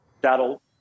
that'll